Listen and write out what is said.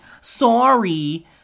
Sorry